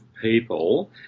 people